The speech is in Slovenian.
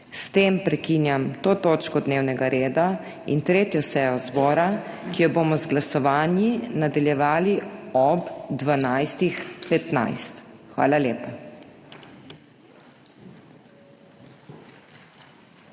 S tem prekinjam to točko dnevnega reda in 3. sejo zbora, ki jo bomo z glasovanji nadaljevali ob 12.15. Hvala lepa.